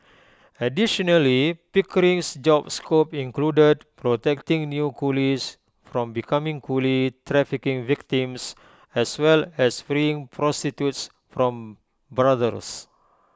additionally pickering's job scope included protecting new coolies from becoming coolie trafficking victims as well as freeing prostitutes from brothels